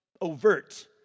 overt